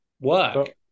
work